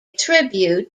tribute